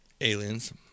aliens